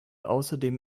außerdem